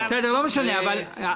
כן, אף אחד לא חזה.